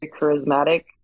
charismatic